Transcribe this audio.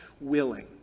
willing